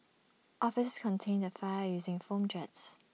officers contained the fire using foam jets